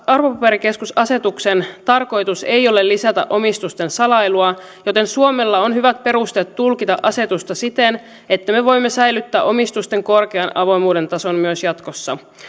arvopaperikeskusasetuksen tarkoitus ei ole lisätä omistusten salailua joten suomella on hyvät perusteet tulkita asetusta siten että me voimme säilyttää omistusten korkean avoimuuden tason myös jatkossa